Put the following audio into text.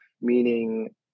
meaning